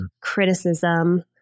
criticism